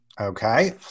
Okay